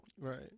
Right